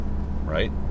right